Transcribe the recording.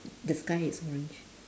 the sky is orange